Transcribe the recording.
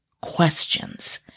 questions